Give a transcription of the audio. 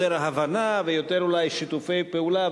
יותר הבנה ויותר אולי שיתופי פעולה,